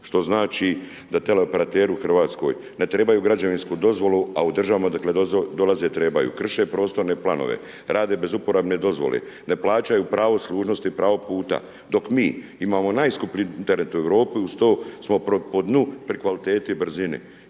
što znači da tele operateri u RH ne trebaju građevinsku dozvolu, a u državama odakle dolaze, trebaju. Krše prostorne planove, rade bez uporabne dozvole, ne plaćaju pravo služnosti, pravo puta, dok mi, imamo najskuplji Internet u Europi, uz to smo pri dnu po kvaliteti i brzini